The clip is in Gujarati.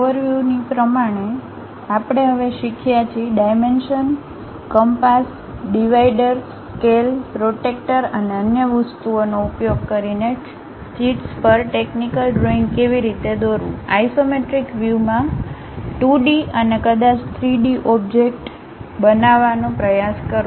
ઓવરવ્યુની પ્રમાણે તેથી આપણે હવે શીખ્યા છે dimension compass dividers scale protractor અને અન્ય વસ્તુઓનો ઉપયોગ કરીને શીટ્સ પર ટેકનિકલ ડ્રોઈંગ કેવી રીતે દોરવું આઇસોમેટ્રિક વ્યૂ માં 2D અને કદાચ 3D ઓબ્જેક્ટ્સ બનાવવાનો પ્રયાસ કરો